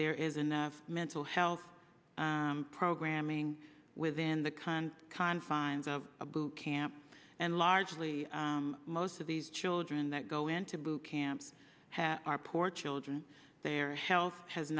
there is enough mental health programming within the kind confines of a boot camp and largely most of these children that go into boot camp are port children their health has